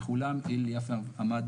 בכולם הלל יפה עמד,